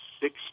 six